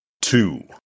two